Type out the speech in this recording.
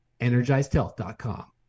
EnergizedHealth.com